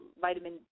vitamin